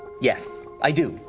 yes, i do.